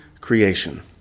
creation